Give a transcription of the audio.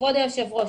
כבור היושב-ראש,